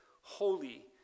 holy